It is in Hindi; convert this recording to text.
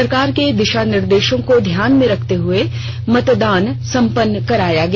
सरकार के दिशा निर्देशों को ध्यान में रखते हये मतदान संपन्न कराया गया